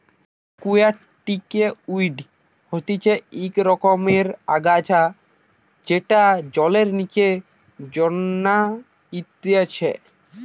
একুয়াটিকে ওয়িড হতিছে ইক রকমের আগাছা যেটা জলের নিচে জন্মাইতিছে